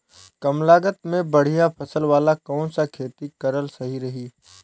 कमलागत मे बढ़िया फसल वाला कौन सा खेती करल सही रही?